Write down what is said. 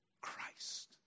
Christ